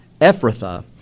Ephrathah